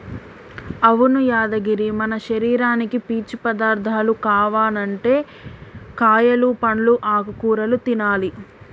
అవును యాదగిరి మన శరీరానికి పీచు పదార్థాలు కావనంటే కాయలు పండ్లు ఆకుకూరలు తినాలి